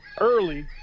early